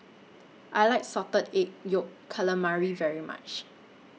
I like Salted Egg Yolk Calamari very much